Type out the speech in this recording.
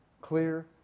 Clear